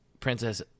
Princess